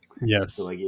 yes